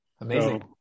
Amazing